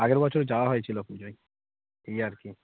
আগের বছর যাওয়া হয়েছিলো পুজোয় এই আর কি